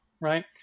Right